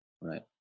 Right